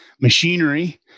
machinery